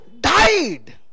died